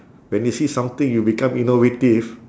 when you see something you become innovative